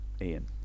Ian